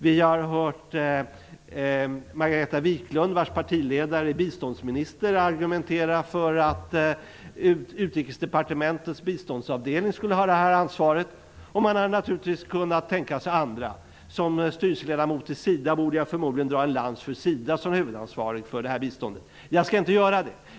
Vi har hört Margareta Viklund, vars partiledare är biståndsminister, argumentera för att Utrikesdepartementets biståndsavdelning skall ha huvudansvaret. Man har naturligtvis kunnat tänka sig andra. Som styrelseledamot i SIDA borde jag förmodligen dra en lans för SIDA om huvudansvarig för det här biståndet. Det skall jag inte göra.